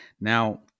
Now